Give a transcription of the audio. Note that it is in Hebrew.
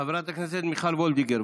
חברת הכנסת מיכל וולדיגר,